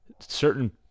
certain